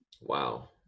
Wow